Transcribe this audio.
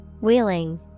Wheeling